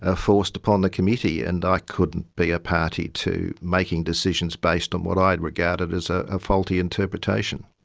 ah forced upon the committee and i couldn't be a party to making decisions based on what i'd regarded as a faulty interpretation.